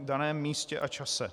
daném místě a čase.